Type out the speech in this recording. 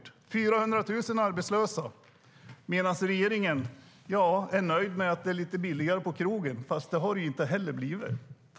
Det är 400 000 arbetslösa, medan regeringen är nöjd med att det är lite billigare på krogen - fast det har det ju inte blivit.